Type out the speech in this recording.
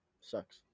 sucks